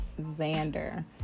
xander